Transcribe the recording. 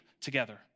together